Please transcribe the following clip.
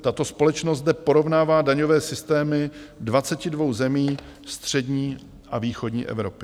Tato společnost zde porovnává daňové systémy 22 zemí střední a východní Evropy.